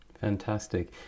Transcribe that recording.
Fantastic